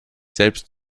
selbst